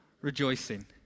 rejoicing